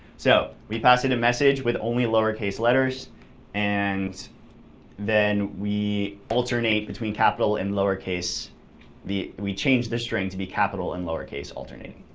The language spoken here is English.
so we pass it a message with only lowercase letters and then we alternate between capital and lowercase we change the string to be capital and lowercase, alternating.